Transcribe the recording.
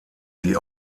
die